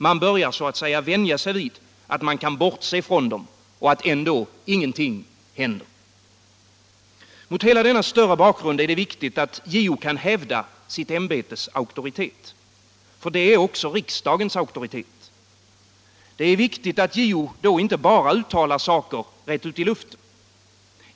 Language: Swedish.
Man börjar så att säga vänja sig vid att man kan bortse från dem och att ändå ingenting händer. Mot hela denna större bakgrund är det viktigt att JO kan hävda sitt ämbetes auktoritet, ty den är också riksdagens auktoritet. Det är viktigt att JO då inte bara uttalar saker rätt ut i luften.